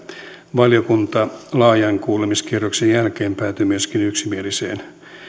valiokunta laajan kuulemiskierroksen jälkeen päätyi myöskin yksimieliseen